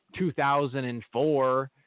2004